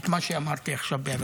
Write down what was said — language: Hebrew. את מה שאמרתי עכשיו בעברית.